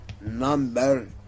number